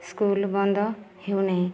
school ବନ୍ଦ ହେଉନାହିଁ